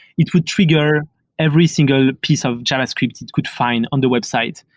it would trigger every single piece of javascript it could find on the website.